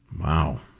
Wow